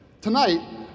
Tonight